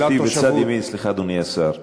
סליחה, אדוני השר.